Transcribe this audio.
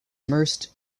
immersed